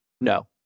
No